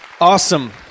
Awesome